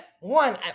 one